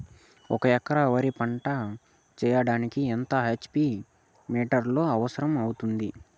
ఒక ఎకరా వరి పంట చెయ్యడానికి ఎంత హెచ్.పి మోటారు అవసరం అవుతుంది?